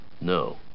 No